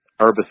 herbicides